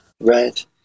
Right